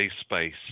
space